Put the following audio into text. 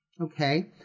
Okay